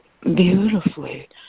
beautifully